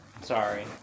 sorry